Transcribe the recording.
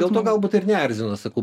dėl to galbūt ir neerzino sakau